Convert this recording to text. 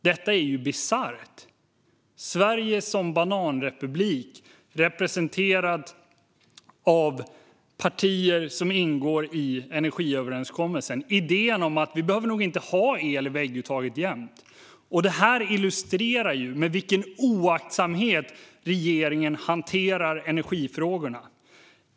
Detta är bisarrt. Det är Sverige som bananrepublik representerad av partier som ingår i energiöverenskommelsen. Det är idén om att vi nog inte behöver ha el i vägguttaget jämnt. Det illustrerar med vilken oaktsamhet regeringen hanterar energifrågorna.